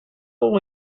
will